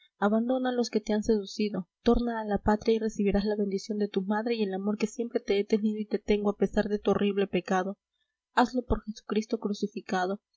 a los que te han seducido torna a la patria y recibirás la bendición de tu madre y el amor que siempre te he tenido y te tengo a pesar de tu horrible pecado hazlo por jesucristo crucificado